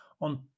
on